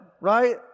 right